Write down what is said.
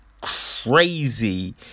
Crazy